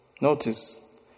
Notice